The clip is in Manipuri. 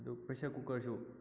ꯑꯗꯨ ꯄ꯭ꯔꯦꯁꯔ ꯀꯨꯀꯔꯁꯨ